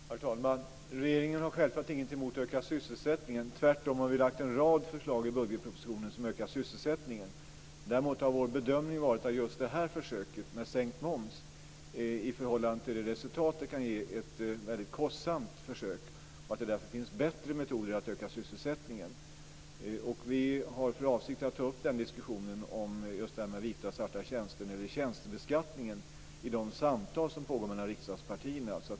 Herr talman! Regeringen har självklart ingenting emot ökad sysselsättning, tvärtom. Vi har ju i budgetpropositionen lagt fram en rad förslag till åtgärder som ökar sysselsättningen. Däremot har vår bedömning varit att just försöket med sänkt moms, i förhållande till det resultat som det kan ge, är ett väldigt kostsamt försök och att det därför finns bättre metoder för att öka sysselsättningen. Vi har för avsikt att i de samtal som pågår med riksdagspartierna ta upp just diskussionen om vita och svarta tjänster när det gäller tjänstebeskattningen.